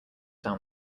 down